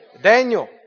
Daniel